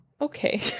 Okay